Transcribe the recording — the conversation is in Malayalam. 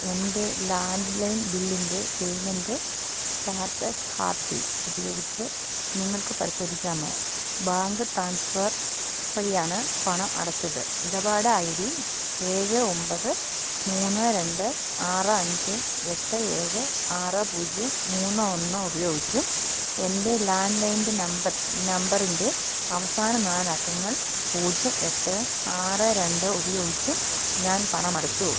എൻ്റെ ലാൻഡ് ലൈൻ ബില്ലിൻ്റെ പേയ്മെൻ്റ് സ്റ്റാറ്റസ് ഹാത്തി ഉപയോഗിച്ച് നിങ്ങൾക്ക് പരിശോധിക്കാമോ ബാങ്ക് ട്രാൻസ്ഫർ വഴിയാണ് പണം അടച്ചത് ഇടപാട് ഐ ഡി ഏഴ് ഒമ്പത് മൂന്ന് രണ്ട് ആറ് അഞ്ച് എട്ട് ഏഴ് ആറ് പൂജ്യം മൂന്ന് ഒന്ന് ഉപയോഗിച്ചും എൻ്റെ ലാൻഡ് ലൈൻ്റെ നമ്പർ നമ്പറിൻ്റെ അവസാന നാല് അക്കങ്ങൾ പൂജ്യം എട്ട് ആറ് രണ്ട് ഉപയോഗിച്ചും ഞാൻ പണമടച്ചു